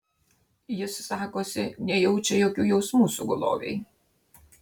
jis sakosi nejaučia jokių jausmų sugulovei